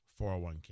401k